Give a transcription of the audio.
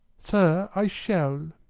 sir, i shall.